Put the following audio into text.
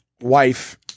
wife